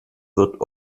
wird